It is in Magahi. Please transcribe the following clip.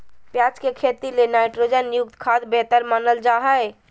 प्याज के खेती ले नाइट्रोजन युक्त खाद्य बेहतर मानल जा हय